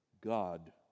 God